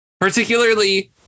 particularly